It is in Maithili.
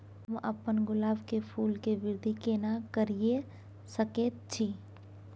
हम अपन गुलाब के फूल के वृद्धि केना करिये सकेत छी?